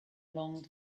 long